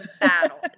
battle